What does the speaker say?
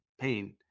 pain